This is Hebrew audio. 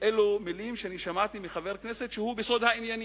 אלו מלים שאני שמעתי מחבר כנסת שהוא בסוד העניינים,